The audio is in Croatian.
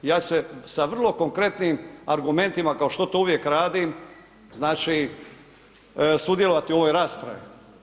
Ja se sa vrlo konkretnim argumentima kao što to uvijek radim, znači sudjelovati u ovoj raspravi.